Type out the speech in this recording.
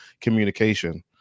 communication